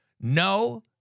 no